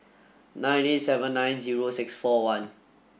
nineteen seven nine zero six four one